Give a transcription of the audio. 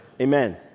Amen